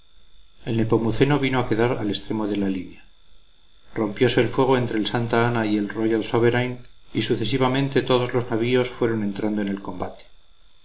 el nepomuceno vino a quedar al extremo de la línea rompiose el fuego entre el santa ana y royal sovereign y sucesivamente todos los navíos fueron entrando en el combate